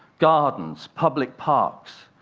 gardens, public parks,